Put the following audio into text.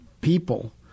people